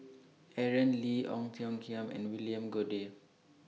Aaron Lee Ong Tiong Khiam and William Goode